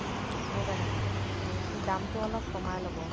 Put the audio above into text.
অ দাদা এই দামটো অলপ কমাই ল'ব